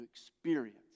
experience